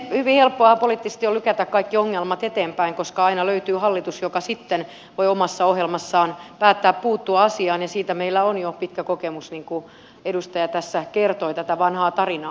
hyvin helppoa poliittisesti on lykätä kaikki ongelmat eteenpäin koska aina löytyy hallitus joka sitten voi omassa ohjelmassaan päättää puuttua asiaan ja siitä meillä on jo pitkä kokemus niin kuin edustaja tässä kertoi tätä vanhaa tarinaa